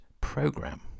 program